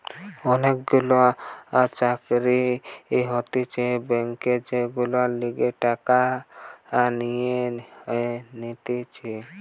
অনেক গুলা চাকরি হতিছে ব্যাংকে যেগুলার লিগে টাকা নিয়ে নিতেছে